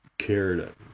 Cared